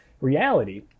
reality